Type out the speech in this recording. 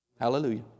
Hallelujah